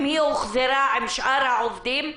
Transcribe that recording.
הוחזרה עם שאר העובדים.